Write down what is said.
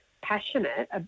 passionate